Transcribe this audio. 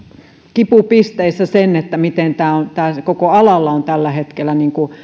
kipupisteisiin sen miten koko alalla on tällä hetkellä